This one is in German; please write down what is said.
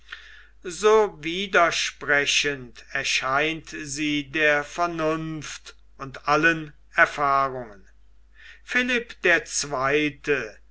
so widersprechend erscheint sie der vernunft und allen erfahrungen philipp der zweite